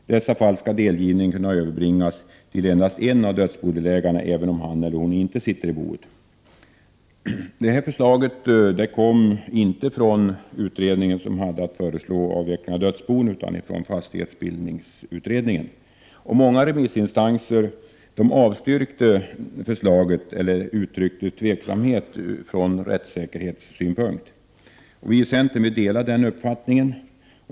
I dessa fall skall delgivnings handlingen kunna överbringas till endast en av dödsbodelägarna, även om han eller hon inte sitter i boet. Detta förslag kom inte från den utredning som hade att föreslå avvecklin; av dödsbon utan från fastighetsbildningsutredningen. Många remissinstanse: avstyrkte förslaget eller uttryckte tveksamhet från rättssäkerhetssynpunkt Viicentern delar denna uppfattning.